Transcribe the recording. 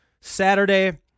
Saturday